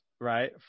right